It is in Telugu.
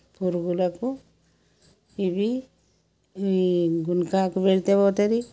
పురుగులకు ఇవి ఇవి గునుకాకు పెడితే పోతుంది